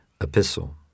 epistle